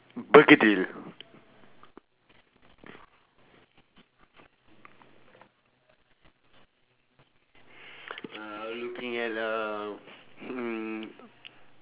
b~ bergedil uh looking at uh hmm